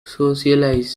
socialize